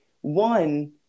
one